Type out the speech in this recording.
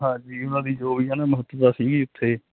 ਹਾਂਜੀ ਉਹਨਾਂ ਦੀ ਜੋ ਵੀ ਹਨ ਮਹੱਤਤਾ ਸੀਗੀ ਉੱਥੇ